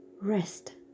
Rest